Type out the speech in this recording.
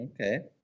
Okay